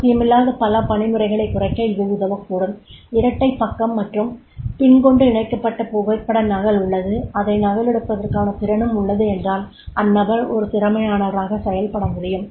அவசியமில்லாத பல பணி முறைகளைக் குறைக்க இது உதவக்கூடும் இரட்டை பக்க மற்றும் பின் கொண்டு இணைக்கப்பட்ட புகைப்பட நகல் உள்ளது அதை நகல் எடுப்பதற்கான திறனும் உள்ளது என்றால் அந்நபர் ஒரு திறமையானவராக செயல்பட முடியும்